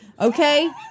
Okay